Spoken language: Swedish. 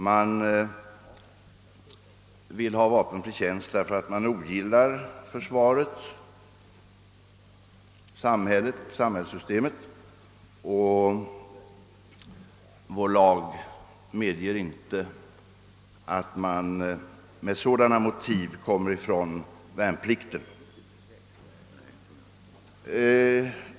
Man vill t.ex. ha vapenfri tjänst därför att man ogillar försvaret och samhällssystemet, men vår lag medger inte att man med sådana motiv kommer ifrån värnplikten.